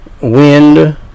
wind